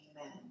Amen